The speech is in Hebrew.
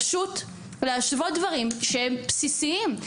פשוט להשוות דברים שהם בסיסיים.